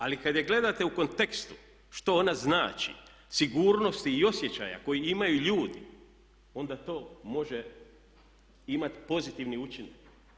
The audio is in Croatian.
Ali kada je gledate u kontekstu što ona znači sigurnosti i osjećaja koji imaju ljudi onda to može imati pozitivni učinak.